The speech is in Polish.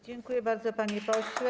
Dziękuję bardzo, panie pośle.